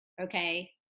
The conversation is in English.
okay